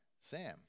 Sam